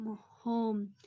home